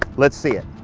let's see it!